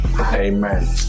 Amen